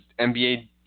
NBA